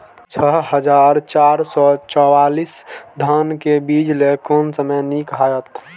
छः हजार चार सौ चव्वालीस धान के बीज लय कोन समय निक हायत?